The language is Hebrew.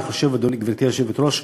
גברתי היושבת-ראש,